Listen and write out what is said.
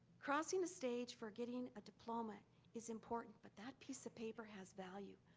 crossing the stage for getting a diploma is important, but that piece of paper has value,